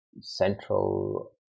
Central